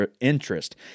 interest